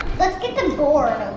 let's get the board